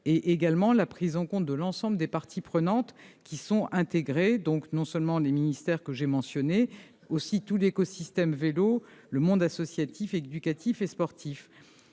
ou encore la prise en compte de l'ensemble des parties prenantes, non seulement les ministères que j'ai mentionnés, mais aussi tout l'écosystème du vélo, le monde associatif, éducatif et sportif.